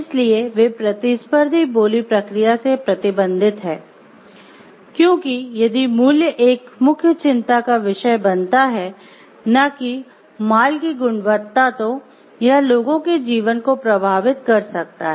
इसलिए वे प्रतिस्पर्धी बोली प्रक्रिया से प्रतिबंधित हैं क्योंकि यदि मूल्य एक मुख्य चिंता का विषय बनता है न कि माल की गुणवत्ता तो यह लोगों के जीवन को प्रभावित कर सकता है